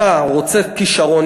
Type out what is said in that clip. אתה רוצה כישרון.